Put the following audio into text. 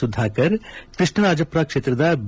ಸುಧಾಕರ್ ಕೃಷ್ಣರಾಜಪುರ ಕ್ಷೇತ್ರದ ಬಿ